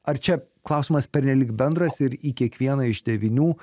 ar čia klausimas pernelyg bendras ir į kiekvieną iš devynių